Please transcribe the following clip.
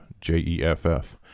J-E-F-F